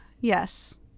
yes